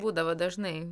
būdavo dažnai